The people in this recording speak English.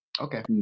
Okay